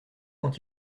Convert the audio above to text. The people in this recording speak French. quand